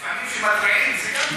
לפעמים כשמתריעים זה גם טוב.